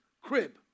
crib